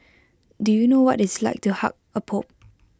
do you know what IT is like to hug A pope